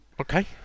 okay